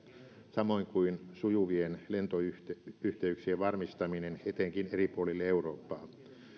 samoin kuin sujuvien lentoyhteyksien varmistaminen etenkin eri puolille eurooppaa